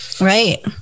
right